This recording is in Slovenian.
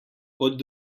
kot